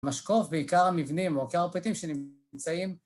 משקוף בעיקר המבנים או עיקר הפריטים שנמצאים